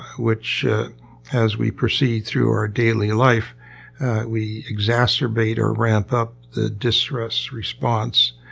which as we proceed through our daily life we exacerbate or ramp up the distress response,